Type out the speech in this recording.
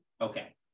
okay